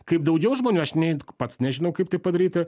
kaip daugiau žmonių aš ne pats nežinau kaip tai padaryti